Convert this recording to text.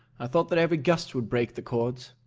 i thought that every gust would break the cords!